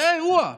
זה האירוע.